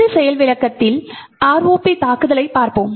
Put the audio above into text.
இந்த செயல் விளக்கத்தில் ROP தாக்குதலைப் பார்ப்போம்